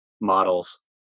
models